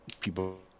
people